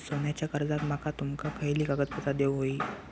सोन्याच्या कर्जाक माका तुमका खयली कागदपत्रा देऊक व्हयी?